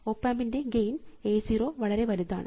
op ആമ്പിൻറെ gain A 0 വളരെ വലുതാണ്